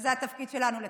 וזה התפקיד שלנו לתקן.